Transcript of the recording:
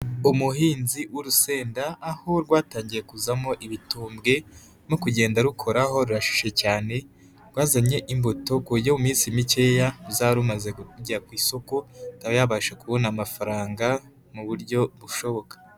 Umuhinzi w'urusenda aho rwatangiye kuzamo ibitumbwe no kugenda rukoraho rurashishe cyane rwazanye imbuto ku buryo mu minsi mikeya zari rumaze kujya ku isoko, akaba yabasha kubona amafaranga mu buryo bushoboka.